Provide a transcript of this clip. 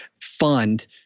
fund